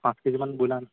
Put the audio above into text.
পাঁচ কেজিমান ব্ৰইলাৰ